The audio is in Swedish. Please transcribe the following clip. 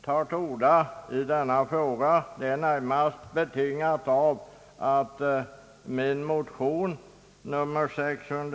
Herr talman!